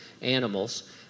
animals